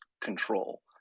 control